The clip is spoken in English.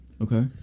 Okay